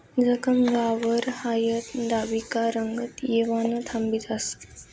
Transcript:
जखम व्हवावर हायद दाबी का रंगत येवानं थांबी जास